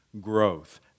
growth